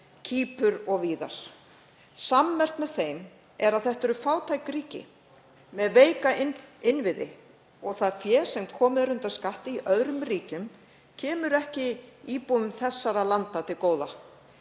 Kýpur og víðar. Sammerkt með þeim er að þetta eru fátæk ríki með veika innviði. Það fé sem komið er undan skatti í öðrum ríkjum kemur ekki íbúum þessara landa til góða.